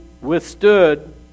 withstood